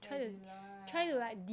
lah